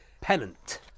pennant